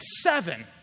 seven